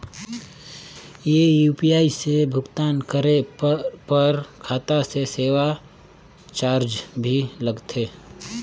ये यू.पी.आई से भुगतान करे पर खाता से सेवा चार्ज भी लगथे?